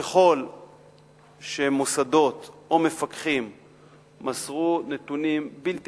ככל שמוסדות או מפקחים מסרו נתונים בלתי